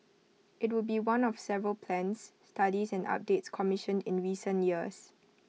IT would be one of several plans studies and updates commissioned in recent years